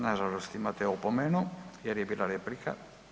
Nažalost imate opomenu jer je bila replika.